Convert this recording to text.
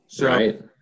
Right